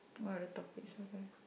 what are the topics